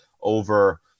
over